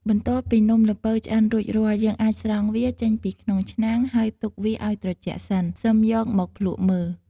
បន្ទាប់ពីនំល្ពៅឆ្អិនរួចរាល់ យើងអាចស្រង់វាចេញពីក្នុងឆ្នាំង ហើយទុកវាឲ្យត្រជាក់សិន សិមយកមកភ្លក្សមើល។